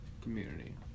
community